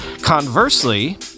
Conversely